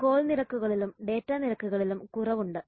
call നിരക്കുകളിലും data നിരക്കുകളിലും കുറവുണ്ട്